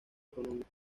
económicos